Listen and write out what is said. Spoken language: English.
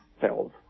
cells